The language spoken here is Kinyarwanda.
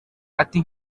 ati